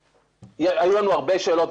היו לנו הרבה שאלות.